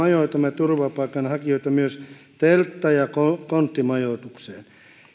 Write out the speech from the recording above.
majoitamme turvapaikanhakijoita myös teltta ja konttimajoitukseen